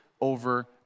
over